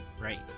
Right